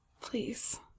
please